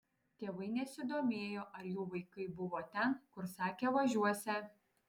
tėvai nesidomėjo ar jų vaikai buvo ten kur sakė važiuosią